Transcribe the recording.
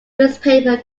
newspaper